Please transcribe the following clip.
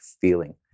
feeling